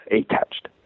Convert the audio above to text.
attached